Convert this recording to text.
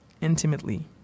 intimately